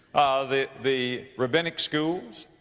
the, the rabbinic schools,